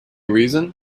reason